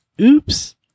oops